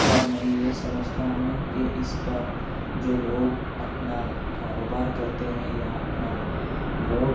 اور میں یہ سمجھتا ہوں کہ اس پر جو لوگ اپنا کاروبار کرتے ہیں یا اپنا ووٹ